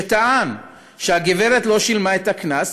שטען שהגברת לא שילמה את הקנס,